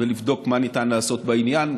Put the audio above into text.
ולבדוק מה ניתן לעשות בעניין.